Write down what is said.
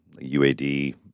UAD